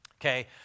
Okay